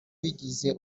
bigize